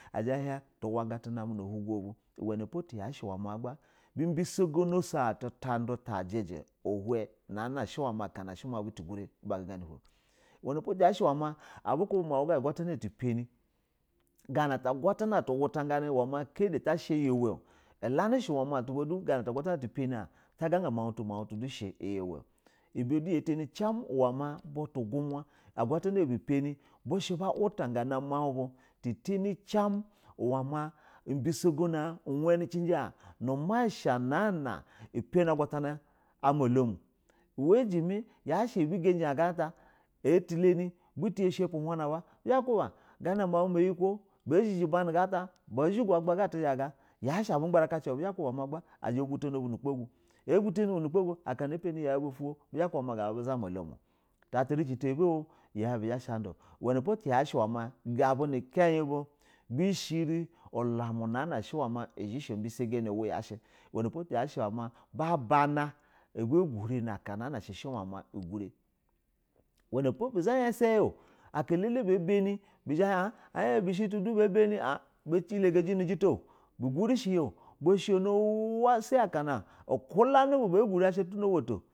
Izhɛ hin tu uuaga tunami na on lugo bu uwenapo bisa gani shin tuntandu ta ajɛjɛ uhin akana shɛ ma but ugurɛ na nu hin na a jɛjɛ wuna pa ya shɛ uwɛ ma aba kabi tu ta du tan a a agwatana utu pani gana na ta agwatana utu wuta gani ma kadɛ ta shɛ iyɛ uwɛ oh ulaniɛ shɛ uwɛ ma ganana ta agwa tana utu pani in ta gaga mau mu tu ma shɛ a iyɛ uwɛ, a ibɛ du ya tani cin uwɛ ma agwa tan ubɛ panɛ bɛ shi ba uwu ta gana mau bu ta tani cin mu uwɛ ma ubuso gana in uwani ci jiji an. Nu uma sha mu nana ma panɛ agwatana amɛ domu uwajimɛ ya shɛ abu gajɛ an gana ata, ati lani bu tiɛ yɛ shɛ pɛ uhuin uba, bizhɛ ba kuba gana mau maiko bazhɛji ubanu uba gana ata zhɛ go aba aga tuyaga abu gbaraji yashɛ a ba gbara ci a gana ata zha abu to no bu na gbo gu a patani yau bu ofu bo tu ma karata ata yau bu zhashɛ ada ga bu nu kai bu bi shɛ ada ga ba nu kai bu bi shɛ rɛ ulamu unana shɛ zhɛ sho ubɛ sa ganɛ uwe ya shɛ shɛ wɛ ma ba bana, na shɛ umɛ ma ugurɛ uwɛ nipo buzha yasa ya o aka ɛlɛlɛ bɛ be nib a hin a hin bishɛ tub a bani ba yilaga jɛ nu jita yo biguri shɛ yo aka kulan bah on sha tuna uwoto.